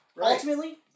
Ultimately